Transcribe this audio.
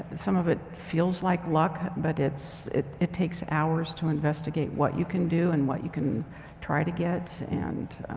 some of it feels like luck, but it's, it it takes hours to investigate what you can do and what you can try to get and